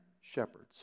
shepherds